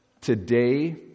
today